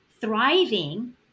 thriving